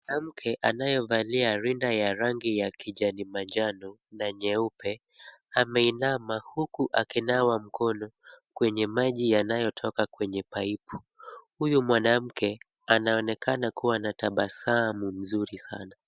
Mwanamke anayevalia rinda ya rangi ya kijani manjano na nyeupe ameinama huku akinawa mkono kwenye maji yanayotoka kwenye paipu . Huyu mwanamke anaonekana kuwa na tabasamu nzuri sana.